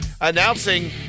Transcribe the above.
announcing